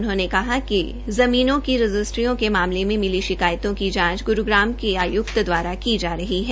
उन्होंने कहा कि ज़मीनों को रजिस्ट्रियों के मामले में मिली शिकायतों की जांच गुरूग्राम के उपायक्त दवारा की जा रही है